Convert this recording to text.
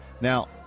Now